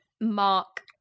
Mark